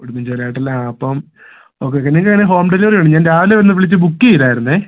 ഉടുമ്പൻചോല ആയിട്ടല്ലേ ആ അപ്പം ഓക്കെ ഓക്കെ പിന്നെ ഞാന് ഹോം ഡെലിവറി ഉണ്ട് ഞാൻ രാവിലെ തന്നെ വിളിച്ച് ബുക്ക് ചെയ്തായിരുന്നേ